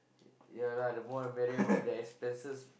ya lah the more the merrier but the expenses